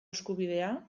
eskubidea